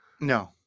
No